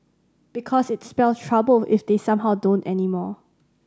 because it spell trouble if they somehow don't anymore